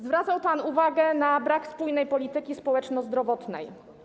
Zwracał pan uwagę na brak spójnej polityki społeczno-zdrowotnej.